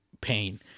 pain